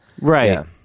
Right